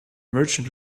merchant